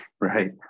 right